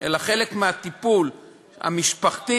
כחלק מהטיפול המשפחתי